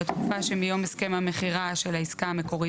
בתקופה שמיום הסכם המכירה של העסקה המקורית